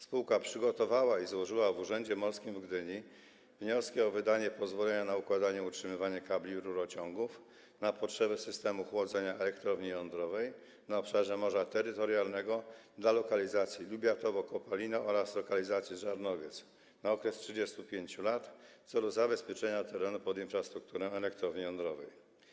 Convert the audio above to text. Spółka przygotowała i złożyła w Urzędzie Morskim w Gdyni wnioski o wydanie pozwolenia na układanie i utrzymywanie kabli i rurociągów na potrzeby systemu chłodzenia elektrowni jądrowej na obszarze morza terytorialnego dla lokalizacji Lubiatowo-Kopalino oraz lokalizacji Żarnowiec na okres 35 lat w celu zabezpieczenia terenu pod infrastrukturę elektrowni jądrowej.